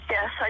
Yes